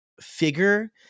figure